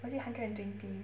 or is it hundred and twenty